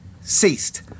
Ceased